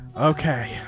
Okay